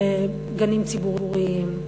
לגנים ציבוריים,